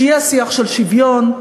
שיהיה שיח של שוויון,